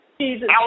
Jesus